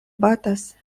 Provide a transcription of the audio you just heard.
batas